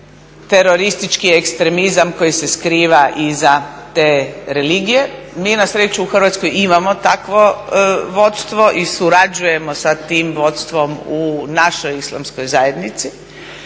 teroristički ekstremizam koji se skriva iza te religije. Mi na sreću u Hrvatskoj imamo takvo vodstvo i surađujemo sa tim vodstvom u našoj islamskoj zajednici.